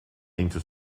into